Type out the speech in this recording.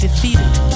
Defeated